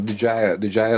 didžiąja didžiąja